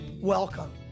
Welcome